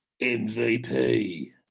MVP